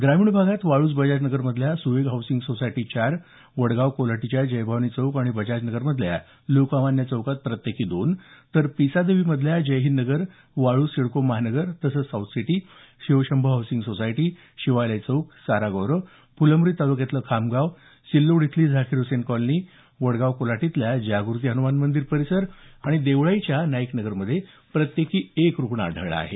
ग्रामीण भागात वाळूज बजाज नगरमधल्या सुयोग हाऊसिंग सोसायटीत चार वडगाव कोल्हाटीच्या जय भवानी चौक आणि बजाजनगरमधल्या लोकमान्य चौकात प्रत्येकी दोन तर पिसादेवीमधल्या जय हिंद नगर वाळूज सिडको महानगर तसंच south city Shivshambho housing society Shivalay Chowk Sara Gaurav Phulambri तालुक्यातलं खामगाव सिल्लोडची झाकीर हुसेन कॉलनी वडगाव कोल्हाटीतल्या जाग्रती हनुमान मंदिर परिसर आणि देवळाईच्या नाईक नगरमध्ये प्रत्येकी एक रुगण आढळला आहे